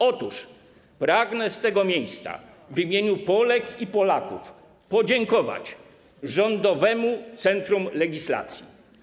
Otóż pragnę z tego miejsca w imieniu Polek i Polaków podziękować Rządowemu Centrum Legislacji.